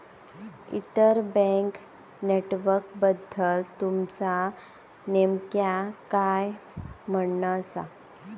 inter bank नेटवर्कबद्दल तुमचा नेमक्या काय म्हणना आसा